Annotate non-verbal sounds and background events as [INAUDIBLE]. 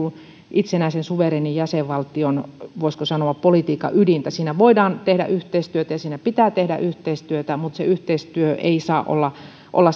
itsenäisen suvereenin jäsenvaltion voisiko sanoa politiikan ydintä siinä voidaan tehdä yhteistyötä ja siinä pitää tehdä yhteistyötä mutta se yhteistyö ei saa olla olla [UNINTELLIGIBLE]